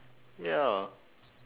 ya